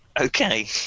okay